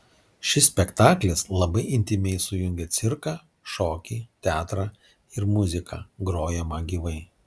šis spektaklis labai intymiai sujungia cirką šokį teatrą ir muziką grojamą gyvai